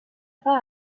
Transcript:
pas